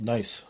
Nice